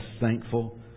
thankful